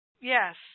yes